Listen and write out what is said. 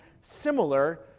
similar